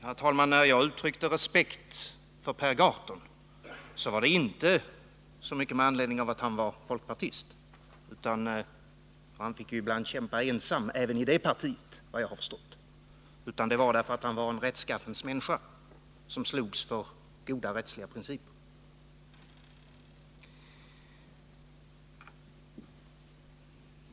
Herr talman! När jag uttryckte respekt för Per Gahrton så var det inte så mycket med anledning av att han var folkpartist — han fick ju f. ö. ibland kämpa ensam även i det partiet enligt vad jag har förstått — utan det var därför att han är en rättskaffens människa som slåss för goda rättsprinciper.